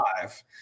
five